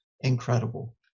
incredible